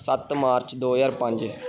ਸੱਤ ਮਾਰਚ ਦੋ ਹਜ਼ਾਰ ਪੰਜ